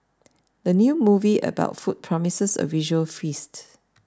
the new movie about food promises a visual feast